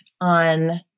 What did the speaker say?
on